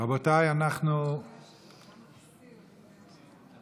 לא הולך ונגרר אחרי הסקרים,